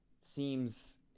seems